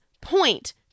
point